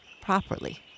properly